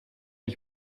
ich